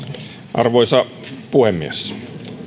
arvoisa puhemies